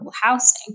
housing